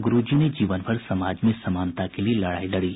ग़्रूजी ने जीवन भर समाज में समानता के लिए लडाई लड़ी